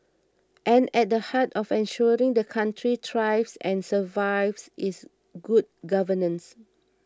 and at the heart of ensuring the country thrives and survives is good governance